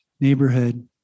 neighborhood